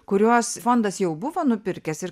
kuriuos fondas jau buvo nupirkęs ir